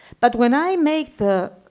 but when i make the,